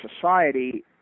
society